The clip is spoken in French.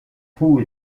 trous